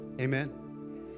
Amen